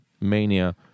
Mania